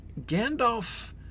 Gandalf